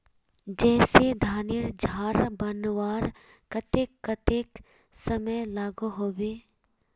जैसे धानेर झार बनवार केते कतेक समय लागोहो होबे?